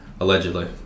Allegedly